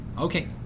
Okay